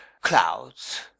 clouds